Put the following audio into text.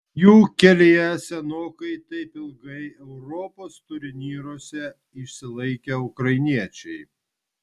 jų kelyje senokai taip ilgai europos turnyruose išsilaikę ukrainiečiai